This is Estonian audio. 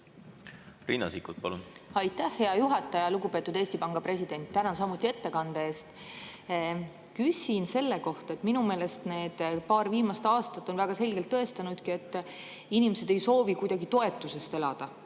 Riina Sikkut, palun! Aitäh, hea juhataja! Lugupeetud Eesti Panga president! Tänan samuti ettekande eest. Küsin selle kohta, et minu meelest need paar viimast aastat on väga selgelt tõestanud, et inimesed ei soovi kuidagi toetusest elada,